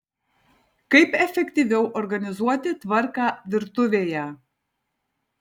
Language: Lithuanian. kaip efektyviau organizuoti tvarką virtuvėje